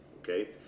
Okay